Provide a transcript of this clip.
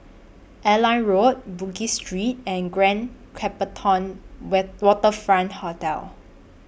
Airline Road Bugis Street and Grand Copthorne Wet Waterfront Hotel